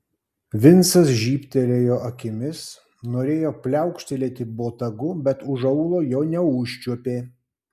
vincas žybtelėjo akimis norėjo pliaukštelėti botagu bet už aulo jo neužčiuopė